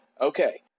Okay